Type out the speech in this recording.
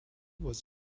was